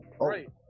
Right